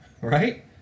Right